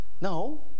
No